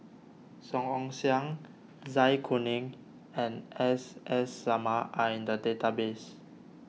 Song Ong Siang Zai Kuning and S S Sarma are in the database